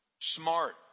Smart